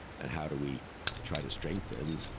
and how do we try to strengthen,